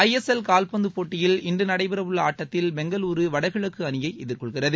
ஐ S L கால்பந்து போட்டியில் இன்று நடைபெறவுள்ள ஆட்டத்தில் பெங்களுரு வடகிழக்கு அணியை எதிர்கொள்கிறது